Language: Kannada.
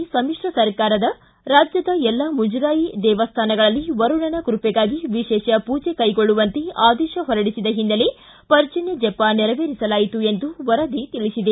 ರಾಜ್ಯ ಮಿಶ್ರ ಸರಕಾರವು ರಾಜ್ಯದ ಎಲ್ಲಾ ಮುಜರಾಯಿ ದೇವಸ್ಥಾನಗಳಲ್ಲಿ ವರುಣನ ಕೃಪೆಗಾಗಿ ವಿಶೇಷ ಪೂಜೆ ಕೈಗೊಳ್ಳುವಂತೆ ಆದೇಶ ಹೊರಡಿಸಿದ ಹಿನ್ನೆಲೆ ಪರ್ಜನ್ನ ಜಪ ನೇರವೆರಿಸಲಾಯಿತು ಎಂದು ವರದಿ ತಿಳಿಸಿದೆ